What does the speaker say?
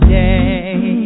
day